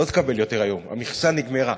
לא תקבל יותר היום, המכסה נגמרה.